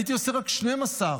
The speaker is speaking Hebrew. הייתי עושה רק 12 ימים.